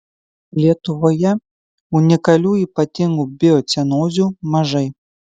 lietuvoje unikalių ypatingų biocenozių mažai